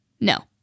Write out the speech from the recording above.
No